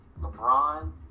LeBron